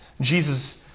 Jesus